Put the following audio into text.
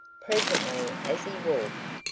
presently as he walked,